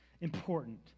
important